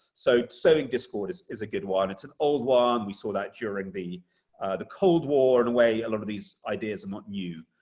so sowing discord is is a good one. it's an old one. we saw that during the the cold war, in a way. a lot of these ideas are not new.